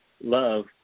love